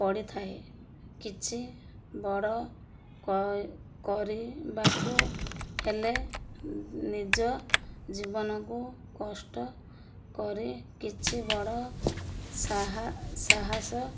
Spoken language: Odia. ପଡ଼ିଥାଏ କିଛି ବଡ଼ କରିବାକୁ ହେଲେ ନିଜ ଜୀବନକୁ କଷ୍ଟ କରି କିଛି ବଡ଼ ସାହା ସାହସ